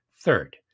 Third